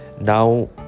Now